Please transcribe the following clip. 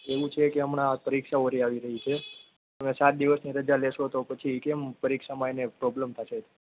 એવું છેકે હમણા પરીક્ષાઓ વડી આવી રહી છે તમે સાત દિવસની રજા લેશો તો પછી કેમ પરીક્ષામાં એને પ્રોબ્લેમ થશે જ